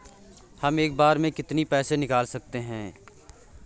हम एक बार में कितनी पैसे निकाल सकते हैं?